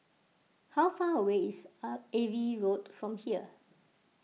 how far away is a Ava Road from here